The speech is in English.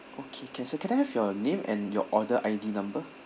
okay can sir can I have your name and your order I_D number